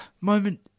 moment